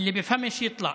מי שלא מבין,